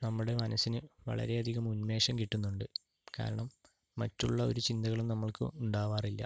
നമ്മുടെ മനസ്സിന് വളരെ അധികം ഉന്മേഷം കിട്ടുന്നുണ്ട് കാരണം മറ്റുള്ള ഒരു ചിന്തകളും നമ്മൾക്ക് ഉണ്ടാവാറില്ല